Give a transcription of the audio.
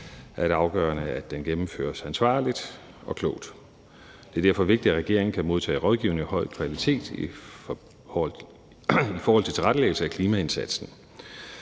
er det afgørende, at den gennemføres ansvarligt og klogt. Det er derfor vigtigt, at regeringen kan modtage rådgivning af høj kvalitet i forhold til tilrettelæggelse af klimaindsatsen.